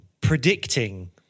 predicting